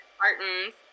cartons